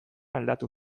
aldatu